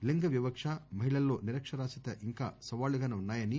లింగ వివక్ష మహిళల్లో నిరక్షరాస్యత ఇంకా సవాళ్లుగానే ఉన్నాయని